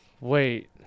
Wait